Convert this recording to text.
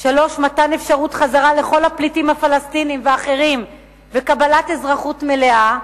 3. מתן אפשרות חזרה לכל הפליטים הפלסטינים ואחרים וקבלת אזרחות מלאה,